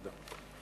תודה.